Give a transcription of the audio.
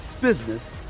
business